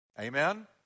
Amen